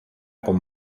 con